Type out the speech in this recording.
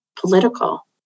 political